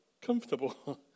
comfortable